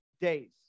days